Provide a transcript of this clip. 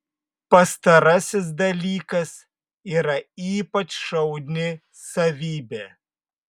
pastarasis dalykas yra ypač šauni savybė